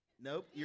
Nope